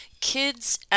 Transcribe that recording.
Kids